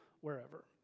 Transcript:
wherever